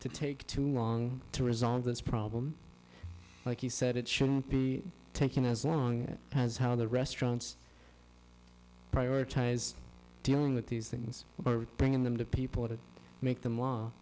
to take too long to resolve this problem like he said it should be taken as long as how the restaurants prioritize dealing with these things bringing them to people that make them